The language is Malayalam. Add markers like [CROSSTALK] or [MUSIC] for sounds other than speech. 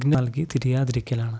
[UNINTELLIGIBLE] ൽകി തിരിയാതിരിക്കലാണ്